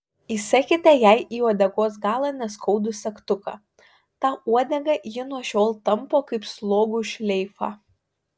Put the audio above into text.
įsekite jai į uodegos galą neskaudų segtuką tą uodegą ji nuo šiol tampo kaip slogų šleifą